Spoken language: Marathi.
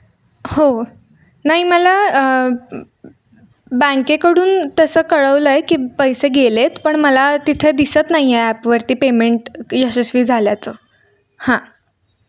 हो नाही मला बँकेकडून तसं कळवलं आहे की पैसे गेले आहेत पण मला तिथे दिसत नाही आहे ॲपवरती पेमेंट यशस्वी झाल्याचं हां